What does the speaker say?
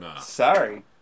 Sorry